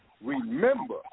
remember